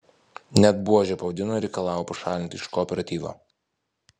net buože pavadino ir reikalavo pašalinti iš kooperatyvo